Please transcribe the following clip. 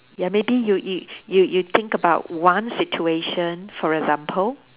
ya maybe you it you you think about one situation for example